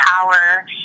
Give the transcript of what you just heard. power